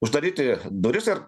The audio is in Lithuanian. uždaryti duris ir